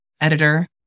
editor